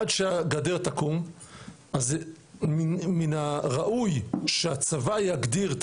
עד שהגדר תקום מן הראוי שהצבא יגדיר את